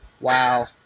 Wow